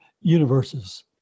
universes